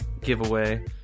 giveaway